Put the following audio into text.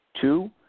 Two